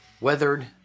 weathered